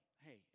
hey